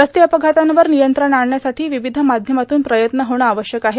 रस्ते अपघातांवर नियंत्रण आणण्यासाठी र्वावध माध्यमातून प्रयत्न होणं आवश्यक आहे